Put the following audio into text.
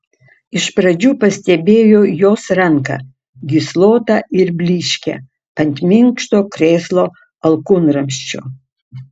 iš pradžių pastebėjau jos ranką gyslotą ir blyškią ant minkšto krėslo alkūnramsčio